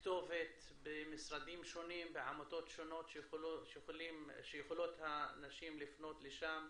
כתובת במשרדים שונים ובעמותות שונים שהנשים יכולות לפנות לשם,